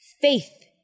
faith